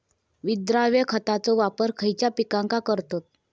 विद्राव्य खताचो वापर खयच्या पिकांका करतत?